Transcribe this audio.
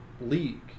league